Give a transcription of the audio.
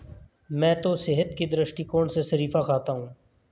मैं तो सेहत के दृष्टिकोण से शरीफा खाता हूं